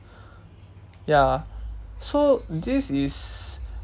ya so this is